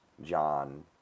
John